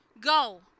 go